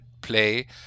play